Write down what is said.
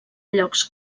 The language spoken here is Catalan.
llocs